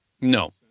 No